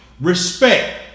Respect